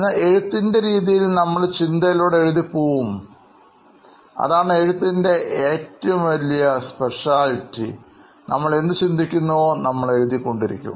എന്നാൽ എഴുത്തിൻറെ രീതിയിൽ നമ്മള് ചിന്തയിലൂടെ എഴുതി പോകും നമ്മൾ എന്ത് ചിന്തിക്കുന്നുവോ നമ്മൾ എഴുതി കൊണ്ടിരിക്കും